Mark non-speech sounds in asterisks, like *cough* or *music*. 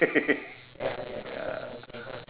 *laughs*